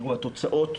התוצאות,